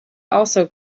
also